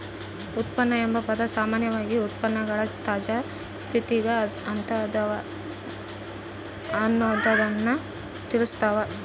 ಉತ್ಪನ್ನ ಎಂಬ ಪದ ಸಾಮಾನ್ಯವಾಗಿ ಉತ್ಪನ್ನಗಳು ತಾಜಾ ಸ್ಥಿತಿಗ ಅಂತ ಇದವ ಅನ್ನೊದ್ದನ್ನ ತಿಳಸ್ಸಾವ